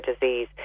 disease